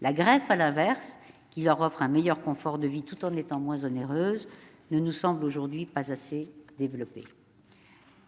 la greffe, qui leur offre un meilleur confort de vie tout en étant moins onéreuse, ne nous semble pas assez développée.